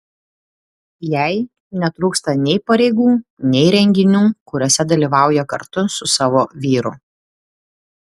jai netrūksta nei pareigų nei renginių kuriuose dalyvauja kartu su savo vyru